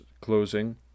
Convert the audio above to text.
closing